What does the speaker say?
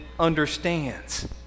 understands